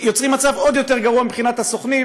יוצרים מצב עוד יותר גרוע מבחינת הסוכנים,